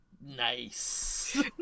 Nice